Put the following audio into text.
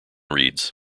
reads